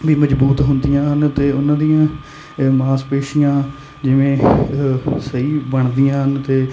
ਵੀ ਮਜ਼ਬੂਤ ਹੁੰਦੀਆਂ ਹਨ ਅਤੇ ਉਹਨਾਂ ਦੀਆਂ ਮਾਸਪੇਸ਼ੀਆਂ ਜਿਵੇਂ ਸਹੀ ਬਣਦੀਆਂ ਹਨ ਤਾਂ